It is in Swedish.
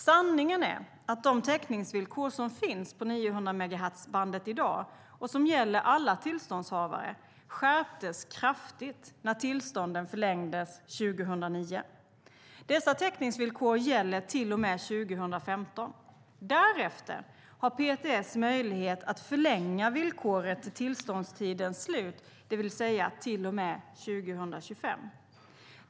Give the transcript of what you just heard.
Sanningen är att de täckningsvillkor som finns på 900-megahertzbandet i dag, och som gäller alla tillståndshavare, skärptes kraftigt när tillstånden förlängdes 2009. Dessa täckningsvillkor gäller till och med 2015. Därefter har PTS möjlighet att förlänga villkoret till tillståndstidens slut, det vill säga till och med 2025.